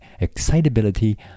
excitability